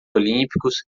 olímpicos